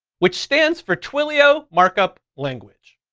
which stands for twilio markup language.